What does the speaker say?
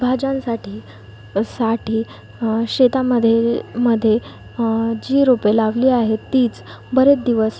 भाज्यांसाठी साठी शेतामध्ये मध्ये जी रोपे लावली आहेत तीच बरेद्दिवस